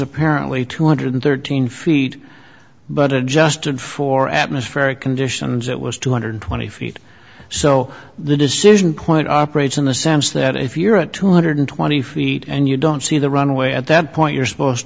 apparently two hundred thirteen feet but adjusted for atmospheric conditions it was two hundred twenty feet so the decision point operates in the sense that if you're at two hundred twenty feet and you don't see the runway at that point you're supposed